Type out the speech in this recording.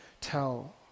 tell